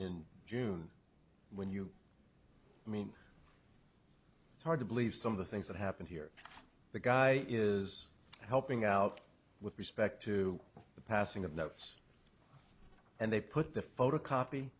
in june when you i mean it's hard to believe some of the things that happened here the guy is helping out with respect to the passing of notes and they put the photocopy